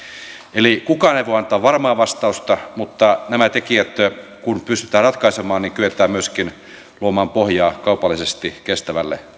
eli kukaan ei voi antaa varmaa vastausta mutta nämä tekijät kun pystytään ratkaisemaan niin kyetään myöskin luomaan pohjaa kaupallisesti kestävälle